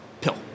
pill